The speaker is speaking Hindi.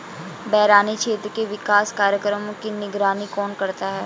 बरानी क्षेत्र के विकास कार्यक्रमों की निगरानी कौन करता है?